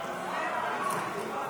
סעיפים 1